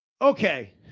okay